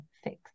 fix